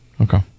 okay